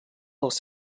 els